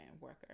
worker